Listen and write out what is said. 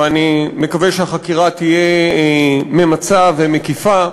ואני מקווה שהחקירה תהיה ממצה ומקיפה.